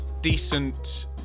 decent